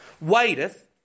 waiteth